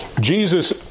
Jesus